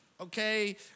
okay